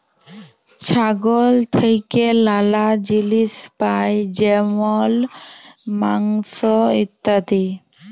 ছাগল থেক্যে লালা জিলিস পাই যেমল মাংস, ইত্যাদি